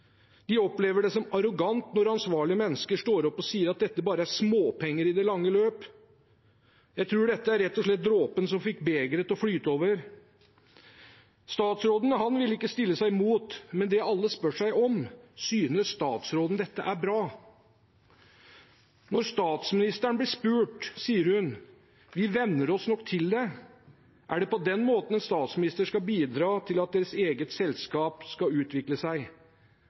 De opplever det som arrogant når ansvarlige mennesker står opp og sier at dette bare er småpenger i det lange løp. Jeg tror dette rett og slett er dråpen som fikk begeret til å flyte over. Statsråden vil ikke sette seg imot, men det alle spør seg om, er: Synes statsråden dette er bra? Når statsministeren blir spurt, sier hun: Vi venner oss nok til det. Er det på den måten en statsminister skal bidra til at deres eget selskap skal utvikle seg?